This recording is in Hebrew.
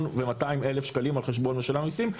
ו-200,000 שקלים על חשבון משלם המיסים.